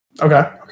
Okay